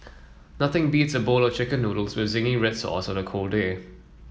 nothing beats a bowl of chicken noodles with zingy red sauce on a cold day